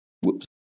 whoops